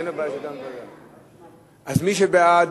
מי שבעד,